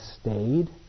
stayed